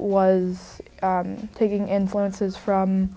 was taking influences from